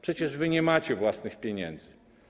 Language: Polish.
Przecież wy nie macie własnych pieniędzy.